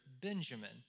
Benjamin